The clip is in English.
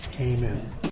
Amen